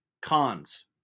cons